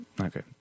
Okay